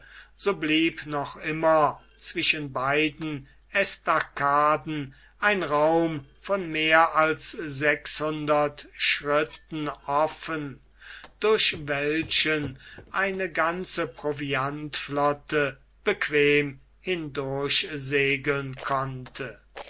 so blieb noch immer zwischen beiden estacaden ein raum von mehr als sechshundert schritten offen durch welchen eine ganze proviantflotte bequem hindurchsegeln konnte